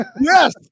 yes